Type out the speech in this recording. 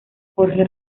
jorge